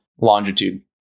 longitude